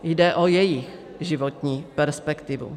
Jde o jejich životní perspektivu.